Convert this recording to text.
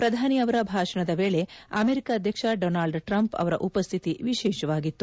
ಪ್ರಧಾನಿ ಅವರ ಭಾಷಣದ ವೇಳೆ ಅಮೆರಿಕ ಅಧ್ಯಕ್ಷ ಡೊನಾಲ್ಡ್ ಟ್ರಂಪ್ ಅವರ ಉಪಸ್ದಿತಿ ವಿಶೇಷವಾಗಿತ್ತು